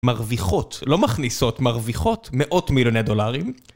מרוויחות, לא מכניסות, מרוויחות מאות מיליוני דולרים.